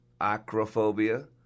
acrophobia